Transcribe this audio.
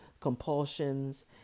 compulsions